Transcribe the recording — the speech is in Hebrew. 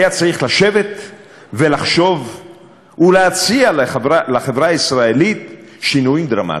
הוא היה צריך לשבת ולחשוב ולהציע לחברה הישראלית שינויים דרמטיים.